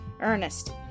Ernest